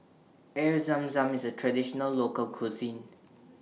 Air Zam Zam IS A Traditional Local Cuisine